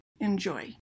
Enjoy